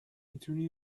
میتونی